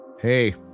Hey